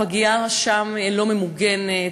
הפגייה שם לא ממוגנת.